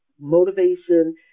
Motivation